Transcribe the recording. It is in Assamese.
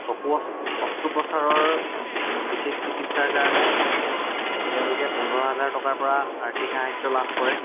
চকু অষ্ট্ৰোপ্ৰচাৰৰ বিশেষ চিকিৎসাৰ কাৰণে তেওঁলোকে পোন্ধৰ হাজাৰ টকাৰপৰা আৰ্থিক সাহাৰ্য লাভ কৰে